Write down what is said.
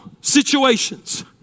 situations